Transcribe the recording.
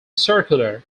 circular